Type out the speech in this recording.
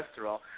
cholesterol